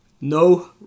no